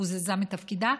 הוזזה מתפקידה,